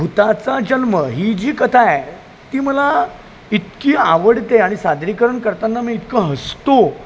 भुताचा जन्म ही जी कथा आहे ती मला इतकी आवडते आणि सादरीकरण करताना मी इतकं हसतो